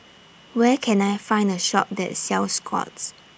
Where Can I Find A Shop that sells Scott's